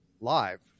live